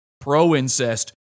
pro-incest